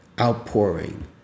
outpouring